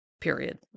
period